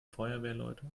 feuerwehrleute